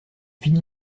fini